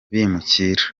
bimukira